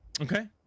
okay